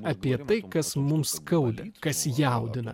apie tai kas mums skauda kas jaudina